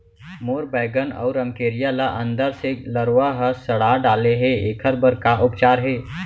मोर बैगन अऊ रमकेरिया ल अंदर से लरवा ह सड़ा डाले हे, एखर बर का उपचार हे?